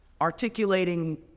articulating